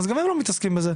אז גם הם לא מתעסקים בזה.